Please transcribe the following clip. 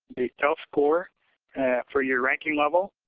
they self-score for your ranking level.